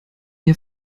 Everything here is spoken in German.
ihr